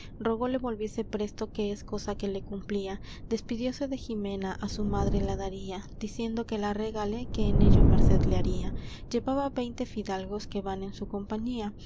rogóle volviese presto que es cosa que le cumplía despidióse de jimena á su madre la daría diciendo que la regale que en ello merced le haría llevaba veinte fidalgos que van en su compañía